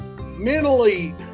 mentally